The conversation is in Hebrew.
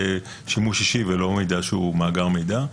לשימוש אישי ולא מידע שהוא מאגר מידע.